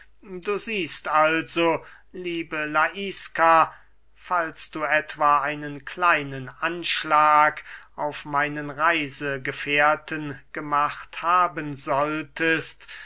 du siehst also liebe laiska falls du etwa einen kleinen anschlag auf meinen reisegefährten gemacht haben solltest